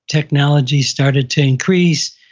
technology started to increase.